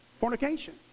fornication